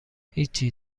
هیچی